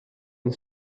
and